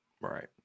Right